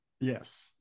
Yes